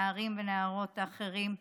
נערים ונערות אחרים,